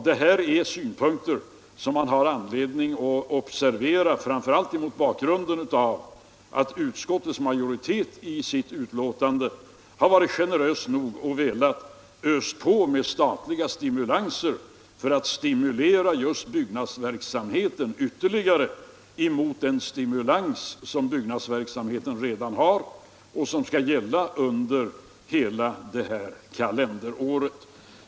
Detta är synpunkter man har anledning observera, framför allt mot bakgrunden av att utskottets majoritet varit generös nog att vilja ösa på med statliga stimulanser på byggnadsverksamheten utöver den stimulans som byggnadsverksamheten redan nu har och som skall gälla under hela detta kalenderår.